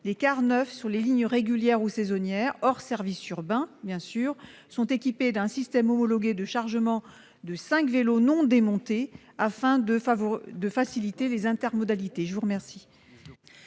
les cars neufs sur les lignes régulières ou saisonnières, hors services urbains bien sûr, sont équipés d'un système homologué de chargement de cinq vélos non démontés, afin de faciliter les intermodalités. Quel